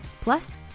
plus